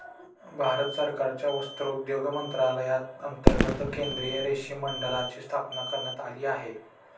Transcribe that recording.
भारत सरकारच्या वस्त्रोद्योग मंत्रालयांतर्गत केंद्रीय रेशीम मंडळाची स्थापना करण्यात आली आहे